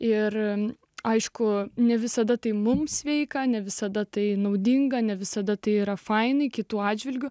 ir aišku ne visada tai mums sveika ne visada tai naudinga ne visada tai yra faina kitų atžvilgiu